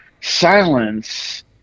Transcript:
silence